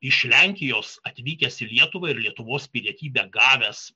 iš lenkijos atvykęs į lietuvą ir lietuvos pilietybę gavęs